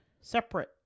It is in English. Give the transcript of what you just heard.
separate